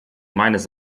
meines